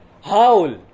Howl